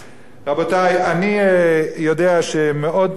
אני יודע שמאוד קל ומאוד נוח,